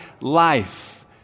life